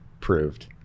proved